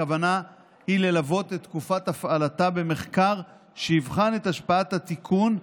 הכוונה היא ללוות את תקופת הפעלתה במחקר שיבחן את השפעת התיקון,